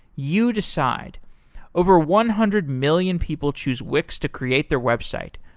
you decide over one hundred million people choose wix to create their website.